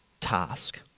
task